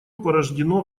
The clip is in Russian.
порождено